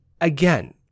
again